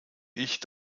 ich